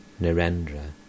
Narendra